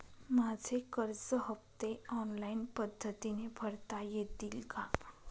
माझे कर्ज हफ्ते ऑनलाईन पद्धतीने भरता येतील का?